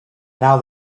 now